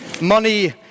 Money